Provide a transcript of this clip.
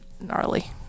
gnarly